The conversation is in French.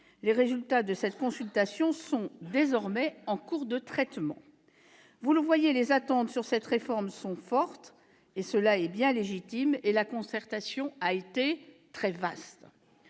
Les résultats de cette consultation sont désormais en cours de traitement. Vous le voyez, s'agissant de cette réforme, les attentes sont fortes, ce qui est bien légitime, et la concertation a été très large.